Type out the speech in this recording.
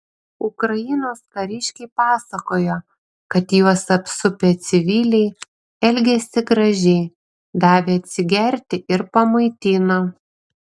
ukrainos kariškiai pasakojo kad juos apsupę civiliai elgėsi gražiai davė atsigerti ir pamaitino